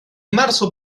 marzo